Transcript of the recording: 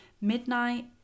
midnight